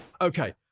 Okay